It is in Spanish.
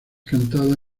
cantada